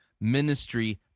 ministry